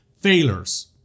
failures